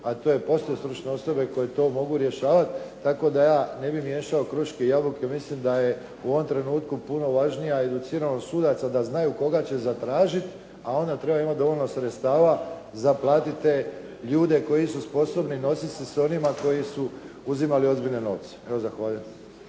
a to je posao stručne osobe koji to mogu rješavati, tako da ja ne bih miješao kruške i jabuke, mislim da je u ovom trenutku puno važnija educiranosti sudaca da znaju koga će zatražiti a ona treba imati dovoljno sredstava za platiti te ljude koji su sposobni nositi se s onima koji su uzimali ozbiljne novce. Evo zahvaljujem.